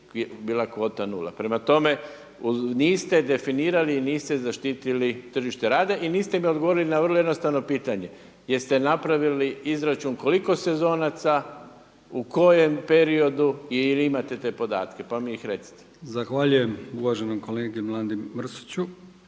bila kvota nula. Prema tome, niste definirali, niste zaštitili tržište rada i niste mi odgovorili na vrlo jednostavno pitanje. Jeste napravili izračun koliko sezonaca, u kojem periodu i jel' imate te podatke, pa mi ih recite. **Brkić, Milijan (HDZ)** Zahvaljujem uvaženom kolegi Mirandu Mrsiću.